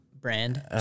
Brand